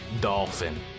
Dolphin